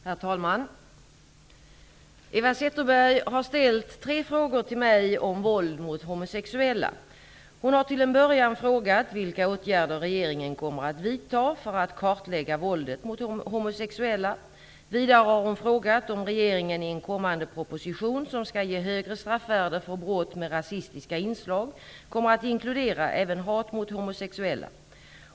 Herr talman! Eva Zetterberg har ställt tre frågor till mig om våld mot homosexuella. Hon har till en början frågat vilka åtgärder regeringen kommer att vidta för att kartlägga våldet mot homosexuella. Vidare har hon frågat om regeringen i en kommande proposition som skall ge högre straffvärde för brott med rasistiska inslag kommer att inkludera även hat mot homosexuella.